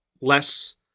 less